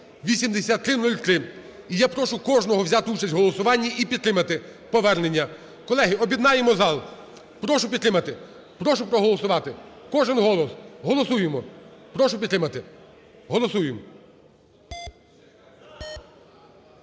8303. І я прошу кожного взяти участь в голосуванні і підтримати повернення. Колеги, об'єднаємо зал, прошу підтримати. Прошу проголосувати. Кожен голос, голосуємо. Прошу підтримати. Голосуємо.